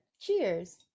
cheers